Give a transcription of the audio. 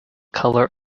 colour